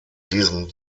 diesem